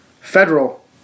federal